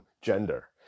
gender